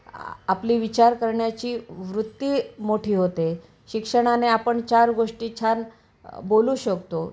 आ आपली विचार करण्याची वृत्ती मोठी होते शिक्षणाने आपण चार गोष्टी छान बोलू शकतो